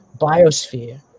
biosphere